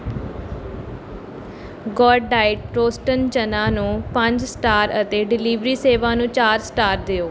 GoodDiet ਰੋਸਟਨ ਚਨਾ ਨੂੰ ਪੰਜ ਸਟਾਰ ਅਤੇ ਡਿਲੀਵਰੀ ਸੇਵਾ ਨੂੰ ਚਾਰ ਸਟਾਰ ਦਿਓ